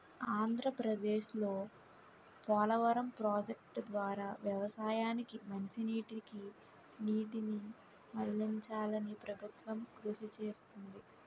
ఆంధ్రప్రదేశ్లో పోలవరం ప్రాజెక్టు ద్వారా వ్యవసాయానికి మంచినీటికి నీటిని మళ్ళించాలని ప్రభుత్వం కృషి చేస్తుంది